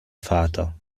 vater